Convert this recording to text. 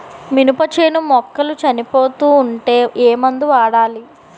మినప చేను మొక్కలు చనిపోతూ ఉంటే ఏమందు వాడాలి?